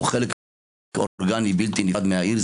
הוא חלק אורגני בלתי נפרד מהעיר.